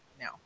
now